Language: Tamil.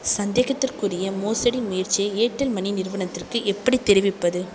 சந்தேகத்திற்குரிய மோசடி முயற்சியை ஏர்டெல் மனி நிறுவனத்திற்கு எப்படித் தெரிவிப்பது